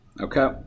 Okay